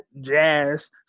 Jazz